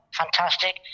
fantastic